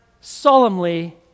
solemnly